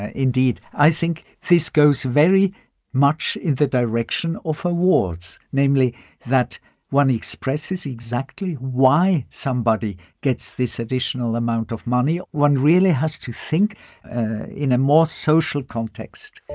ah indeed. i think this goes very much in the direction of awards, namely that one expresses exactly why somebody gets this additional amount of money. one really has to think in a more social context.